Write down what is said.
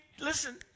listen